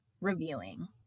reviewing